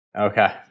Okay